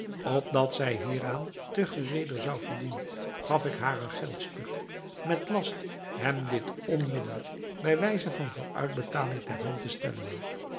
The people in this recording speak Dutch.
opdat wij hieraan te gereeder zouden voldoen gaf ik haar een stuk geld met last hem dit onmiddelijk bij wijze van vooruitbetaling ter hand te stellen